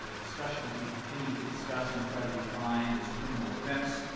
ah discussion that we continue to discuss and try to refine is criminal offense.